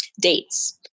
dates